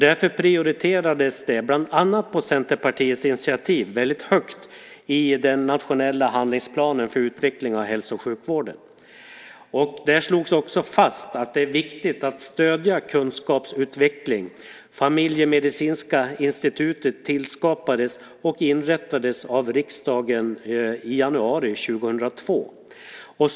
Därför prioriterades detta, bland annat på Centerpartiets initiativ, väldigt högt i den nationella handlingsplanen för utvecklingen av hälso och sjukvården. Där slogs det också fast att det är viktigt att stödja kunskapsutveckling. Familjemedicinska institutet tillskapades och inrättades av riksdagen i januari 2002.